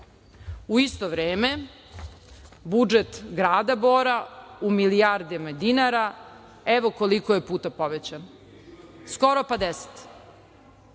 isto vreme, budžet Grada Bora u milijardama dinara. Evo koliko je puta povećan. Skoro pa 10